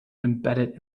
embedded